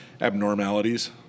abnormalities